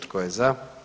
Tko je za?